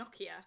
Nokia